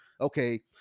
Okay